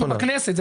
אנחנו בכנסת.